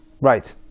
Right